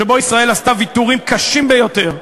שבו ישראל עשתה ויתורים קשים ביותר,